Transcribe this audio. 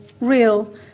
real